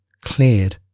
cleared